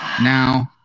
now